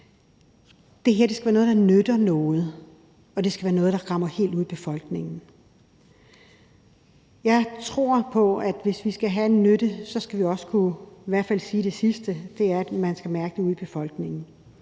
Det her skal være noget, der nytter noget, og det skal være noget, der rammer helt ind i befolkningen. Jeg tror på, at hvis det skal have en nytte, skal vi i hvert fald også kunne sige det sidste, altså at man skal kunne mærke det i befolkningen.